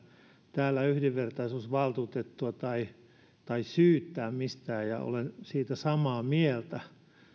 täällä yhdenvertaisuusvaltuutettua tai tai syyttää mistään ja olen siitä samaa mieltä